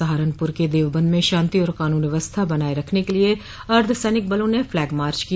सहारनपुर के देवबंद में शांति और कानून व्यवस्था बनाये रखने के लिये अर्द्व सैनिक बलों ने फ्लैगमार्च किया